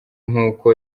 nkuko